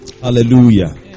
Hallelujah